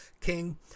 King